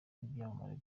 n’ibyamamare